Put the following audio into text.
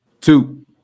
two